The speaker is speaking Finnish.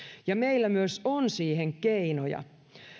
ja meillä myös on siihen keinoja